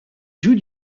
joue